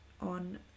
On